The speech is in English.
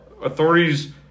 Authorities